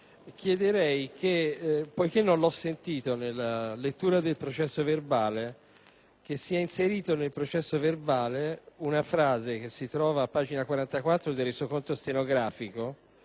Presidente, poiché non l'ho sentito nella lettura del processo verbale, chiedo che sia inserita nello stesso una frase che si trova a pagina 44 del Resoconto stenografico